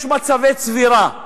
יש בטבע מצבי צבירה,